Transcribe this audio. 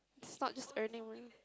it's not just earning